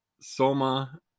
soma